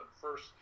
first